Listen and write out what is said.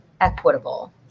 Equitable